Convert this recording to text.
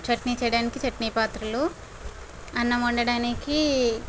చట్నీ చేయడానికి చట్నీ పాత్రలు అన్నం వండడానికి